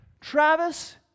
Travis